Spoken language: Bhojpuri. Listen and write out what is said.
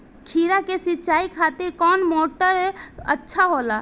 खीरा के सिचाई खातिर कौन मोटर अच्छा होला?